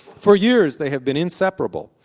for years they have been inseparable,